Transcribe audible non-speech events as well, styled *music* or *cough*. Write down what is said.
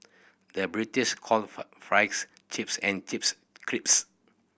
the British calls far *unintelligible* chips and chips crisps